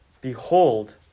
Behold